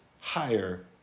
higher